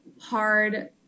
hard